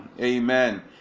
Amen